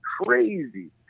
crazy